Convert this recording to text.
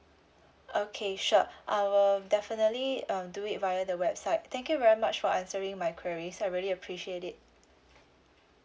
okay sure I will definitely um do it via the website thank you very much for answering my queries I really appreciate it